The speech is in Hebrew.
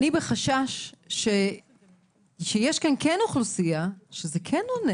בחשש שיש כאן אוכלוסייה, שזה כן עונה